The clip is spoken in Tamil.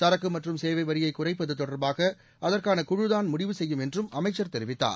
சரக்கு மற்றும் சேவை வரியை குறைப்பது தொடர்பாக அதற்கான குழு தான் முடிவு செய்யும் என்றும் அமைச்சர் தெரிவித்தார்